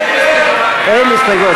אין הסתייגויות.